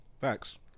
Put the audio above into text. facts